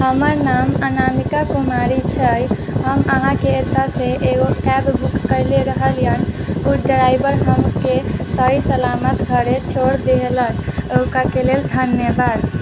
हमर नाम अनामिका कुमारी छै हम अहाँके एतऽ से एगो कैब बुक केले रहलियन ओ ड्राइवर हमके सही सलामत घरे छोर देलहक ओहि के लेल धन्यवाद